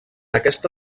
aquesta